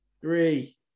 three